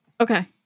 Okay